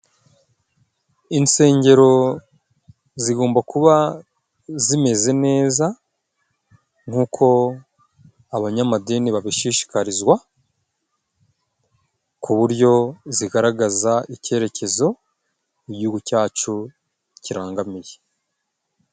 Insengero zigomba kuba zimeze neza nk'uko abanyamadini babishishikarizwa, ku buryo zigaragaza icyerekezo igihugu cyacu kirangamiye.